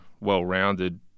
well-rounded